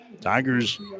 Tigers